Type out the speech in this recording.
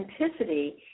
authenticity